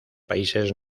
países